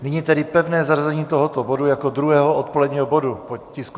Nyní tedy pevné zařazení tohoto bodu jako druhého odpoledního bodu po tisku 669.